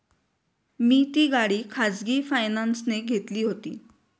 मी ती गाडी खाजगी फायनान्सने घेतली होती